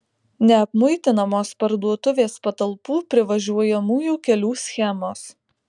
neapmuitinamos parduotuvės patalpų privažiuojamųjų kelių schemos